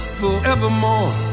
forevermore